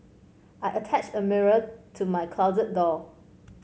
I attached a mirror to my closet door